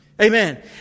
Amen